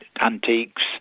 antiques